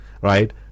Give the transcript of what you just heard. Right